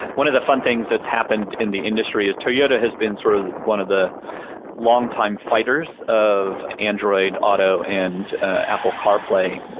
one of the fun things that's happened in the industry is toyota has been sort of one of the longtime fighters of android auto and apple carplay.